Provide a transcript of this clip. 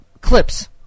clips